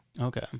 Okay